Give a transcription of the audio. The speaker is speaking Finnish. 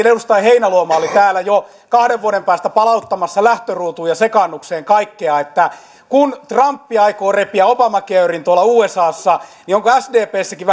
edustaja heinäluoma oli täällä jo kahden vuoden päästä palauttamassa lähtöruutuun ja sekaannukseen kaikkea kun trump aikoo repiä obamacaren tuolla usassa niin onko sdpssäkin